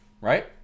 right